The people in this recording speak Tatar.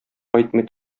кайтмый